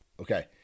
Okay